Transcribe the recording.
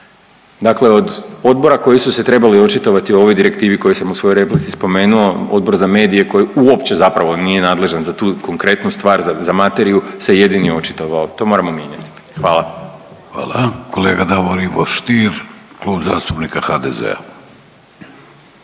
Dakle, od odbora koji su se trebali očitovati o ovoj direktivi koju sam u svojoj replici spomenuo, Odbor za medije koji uopće zapravo nije nadležan za tu konkretnu stvar, za materiju se jedini očitovao. To moramo mijenjati. Hvala. **Vidović, Davorko (Socijaldemokrati)** Hvala.